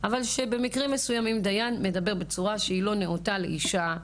אבל במקרים מסוימים דיין מדבר בצורה שלא נאותה לאישה,